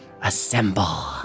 Assemble